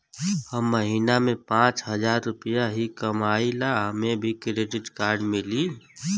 हम महीना में पाँच हजार रुपया ही कमाई ला हमे भी डेबिट कार्ड मिली?